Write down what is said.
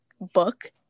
book